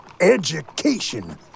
education